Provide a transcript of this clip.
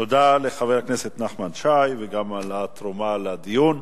תודה לחבר הכנסת נחמן שי, גם על התרומה לדיון.